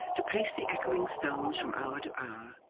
to pace the echoing stones from hour to hour,